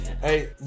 Hey